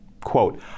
Quote